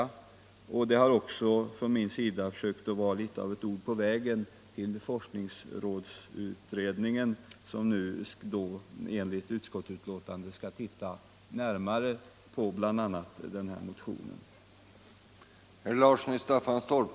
Mitt anförande vill också vara ett försök till ord på vägen för forskningsrådsutredningen, som enligt utskottet skall titta närmare på bl.a. min motion.